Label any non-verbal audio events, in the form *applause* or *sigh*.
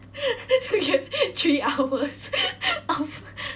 *laughs* okay three hours of